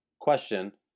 question